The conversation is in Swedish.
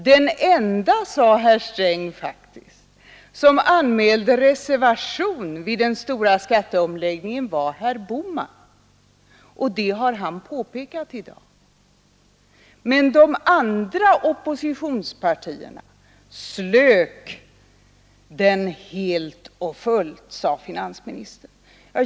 Den enda, sade herr Sträng faktiskt, som anmälde reservation vid den stora skatteomläggningen var herr Bohman. Men de andra oppositionspartierna slök den helt och fullt, sade finansministern.